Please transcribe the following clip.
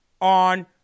on